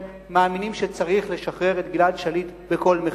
מאמינים שצריך לשחרר את גלעד שליט בכל מחיר,